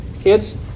Kids